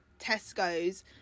Tesco's